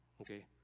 okay